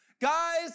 Guys